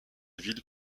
ville